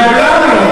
לעולם לא.